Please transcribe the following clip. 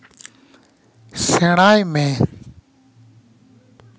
ᱥᱮᱬᱟᱭ ᱢᱮ